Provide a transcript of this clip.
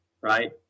right